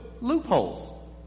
loopholes